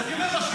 אז אני אומר לו,